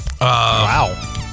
Wow